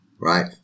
right